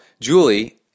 Julie